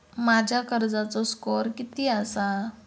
माझ्या कर्जाचो स्कोअर किती आसा?